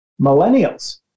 Millennials